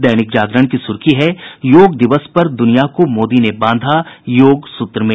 दैनिक जागरण की सुर्खी है योग दिवस पर दुनिया को मोदी ने बांधा योग सूत्र में